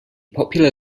popular